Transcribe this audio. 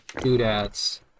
doodads